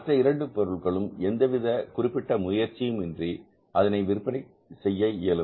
மற்ற இரண்டு பொருட்களும் எந்தவித குறிப்பிட்ட முயற்சியும் இன்றி அதனை விற்பனை செய்ய இயலும்